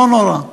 לא נורא,